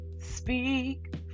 speak